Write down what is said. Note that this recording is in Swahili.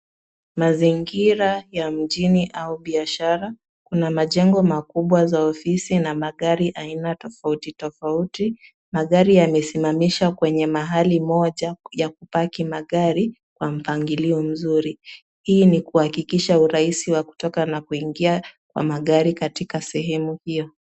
Mazingira ya mjini au biashara. Kuna majengo makubwa za ofisi na magari aina tofauti tofauti. Magari yamesimamishwa kwenye mahali moja ya kupaki magari kwa mpangilio mzuri. Hii ni kuhakikisha urahisi wa kutoka na kuingia kwa magari katika sehemu hiyo.